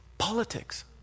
politics